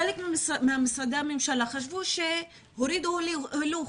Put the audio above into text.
חלק ממשרדי הממשלה חשבו שהורידו הילוך,